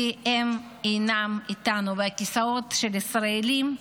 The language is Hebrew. כי הם אינם איתנו, והכיסאות של הישראלים,